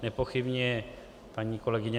Nepochybně paní kolegyně